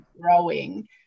growing